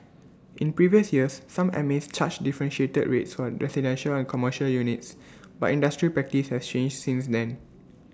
in previous years some mas charged differentiated rates for residential and commercial units but industry practice has changed since then